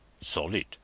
Solid